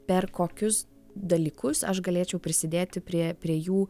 per kokius dalykus aš galėčiau prisidėti prie prie jų